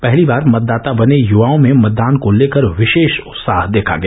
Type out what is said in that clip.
पहली बार मतदाता बने यूवाओं में मतदान को लेकर विषेश उत्साह देखा गया